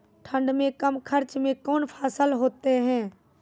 ठंड मे कम खर्च मे कौन फसल होते हैं?